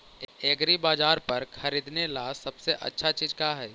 एग्रीबाजार पर खरीदने ला सबसे अच्छा चीज का हई?